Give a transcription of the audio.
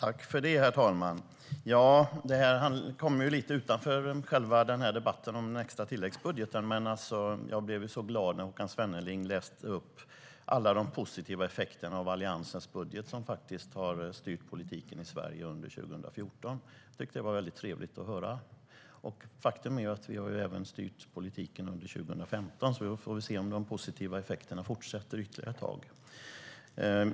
Herr talman! Det här är lite utanför debatten om den extra tilläggsbudgeten. Men jag blev så glad när Håkan Svenneling nämnde alla de positiva effekterna av Alliansens budget som har styrt politiken i Sverige under 2014. Det var trevligt att höra det. Faktum är att vi har styrt politiken även under 2015. Vi får se om de positiva effekterna fortsätter ytterligare ett tag.